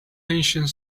ancient